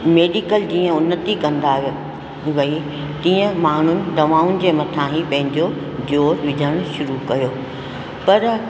medical जीअं उन्नती कंदा वई तीअं माण्हूनि दवाउनि जे मथा ई पंहिंजो जोर विझण शुरू कयो पर